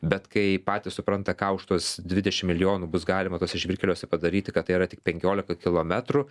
bet kai patys supranta ką už tuos dvidešim milijonų bus galima tuose žvyrkeliuose padaryti kad tai yra tik penkiolika kilometrų